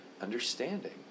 understanding